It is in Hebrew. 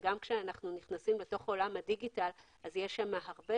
וגם כשאנחנו נכנסים לתוך עולם הדיגיטל יש שם הרבה